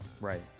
Right